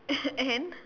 and